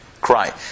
cry